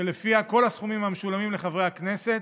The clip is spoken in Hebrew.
שלפיה כל הסכומים המשולמים לחברי הכנסת,